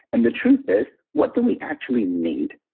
and the truth is, what do we actually need?